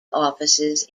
offices